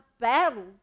battled